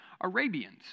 Arabians